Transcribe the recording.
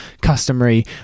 customary